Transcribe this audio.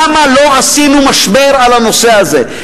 למה לא עשינו משבר על הנושא הזה.